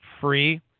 free